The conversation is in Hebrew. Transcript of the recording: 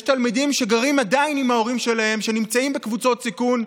יש תלמידים שגרים עדיין עם ההורים שלהם שנמצאים בקבוצות סיכון,